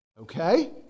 Okay